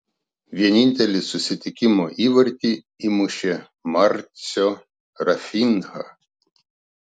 vienintelį susitikimo įvartį įmušė marcio rafinha